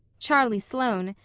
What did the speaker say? charlie sloane,